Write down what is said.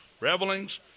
revelings